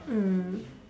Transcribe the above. mm